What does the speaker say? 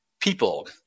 people